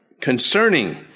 concerning